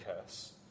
curse